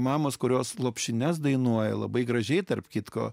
mamos kurios lopšines dainuoja labai gražiai tarp kitko